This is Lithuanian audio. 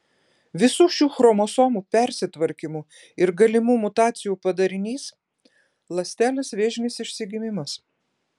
visų šių chromosomų persitvarkymų ir galimų mutacijų padarinys ląstelės vėžinis išsigimimas